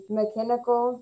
mechanical